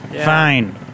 Fine